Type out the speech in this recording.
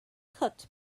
cooked